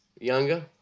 younger